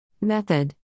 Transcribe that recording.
Method